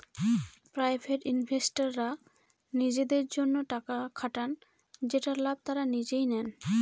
private ইনভেস্টররা নিজেদের জন্য টাকা খাটান যেটার লাভ তারা নিজেই নেয়